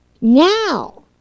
Now